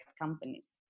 companies